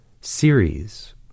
series